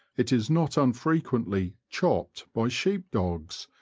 it is not un frequently chopped by sheep-dogs,